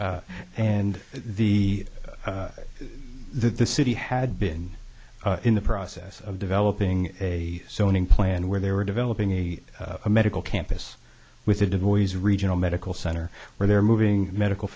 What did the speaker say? that and the the city had been in the process of developing a sewing plan where they were developing a medical campus with a devoiced regional medical center where they're moving medical